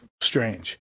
strange